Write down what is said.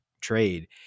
trade